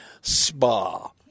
spa